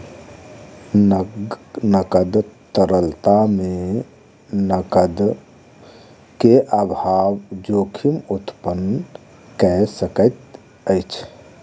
नकद तरलता मे नकद के अभाव जोखिम उत्पन्न कय सकैत अछि